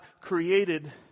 created